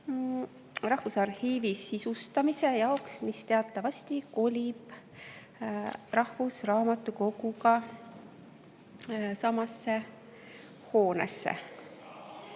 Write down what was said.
Rahvusarhiivi sisustamise jaoks. Teatavasti kolib see rahvusraamatukoguga samasse hoonesse.